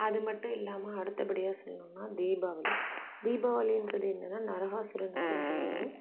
அது மட்டும் இல்லாமல் அடுத்த படியாக சொல்லணும்னா தீபாவளி தீபாவளின்றது என்னன்னா நரகாசுரன் அப்படின்ற ஒரு